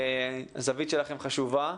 הזווית שלכם חשובה.